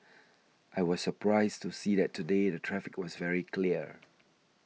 I was surprised to see that today the traffic was very clear